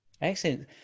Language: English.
Excellent